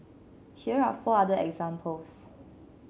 here are four other examples